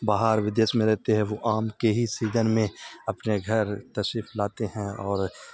باہر ودیش میں رہتے ہیں وہ آم کے ہی سیزن میں اپنے گھر تشریف لاتے ہیں اور